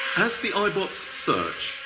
as the eyebots search,